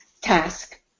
task